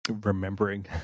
remembering